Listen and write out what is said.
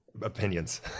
opinions